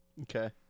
Okay